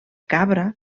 cabra